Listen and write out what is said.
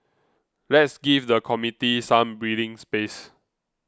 let's give the committee some breathing space